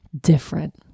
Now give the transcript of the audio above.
different